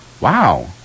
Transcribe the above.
Wow